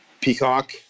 peacock